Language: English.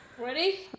Ready